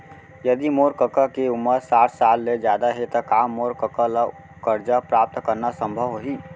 यदि मोर कका के उमर साठ साल ले जादा हे त का मोर कका ला कर्जा प्राप्त करना संभव होही